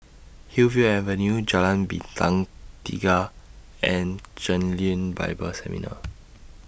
Hillview Avenue Jalan Bintang Tiga and Chen Lien Bible Seminar